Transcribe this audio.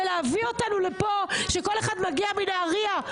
ולהביא אותנו לפה כשכל אחד מגיע מנהריה?